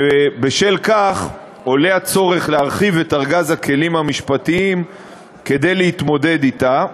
ובשל כך עולה הצורך להרחיב את ארגז הכלים המשפטיים כדי להתמודד אתה,